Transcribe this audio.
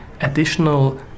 additional